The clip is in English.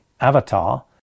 avatar